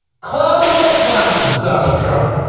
clown of all clowns, donald trump.